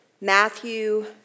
Matthew